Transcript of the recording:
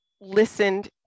listened